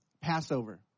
Passover